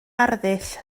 arddull